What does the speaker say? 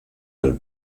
del